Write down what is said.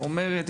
אומרת,